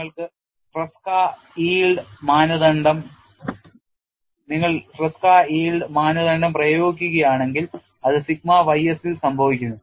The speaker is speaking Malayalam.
നിങ്ങൾ ട്രെസ്ക yield മാനദണ്ഡം പ്രയോഗിക്കുകയാണെങ്കിൽ അത് സിഗ്മ ys ൽ സംഭവിക്കുന്നു